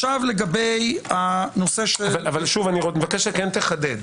שוב, אני מבקש שתחדד.